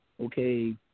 okay